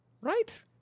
right